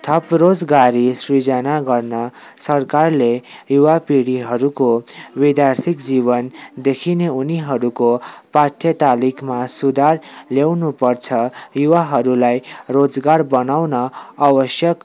थप रोजगारी सृजना गर्न सरकारले युवा पिँडीहरूको विद्यार्थी जीवनदेखि नै उनीहरूको पाठ्य तालिकमा सुधार ल्याउनु पर्छ युवाहरूलाई रोजगार बनाउन आवश्यक